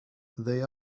they